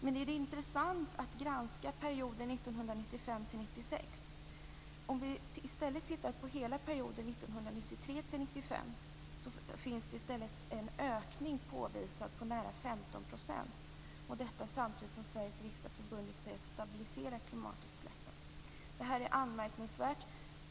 Men är det intressant att granska perioden 19995-1996? För hela perioden 1993-1995 finns en påvisad ökning på nära 15 %. Detta är samtidigt som Sveriges riksdag har förbundit sig att stabilisera utsläppen. Det här är anmärkningsvärt.